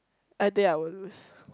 I think I will lose